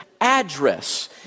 address